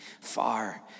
far